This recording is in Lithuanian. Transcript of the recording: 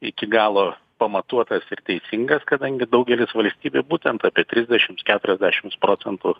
iki galo pamatuotas ir teisingas kadangi daugelis valstybių būtent apie trisdešimts keturiasdešimts procentų